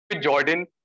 Jordan